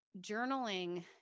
journaling